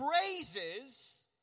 praises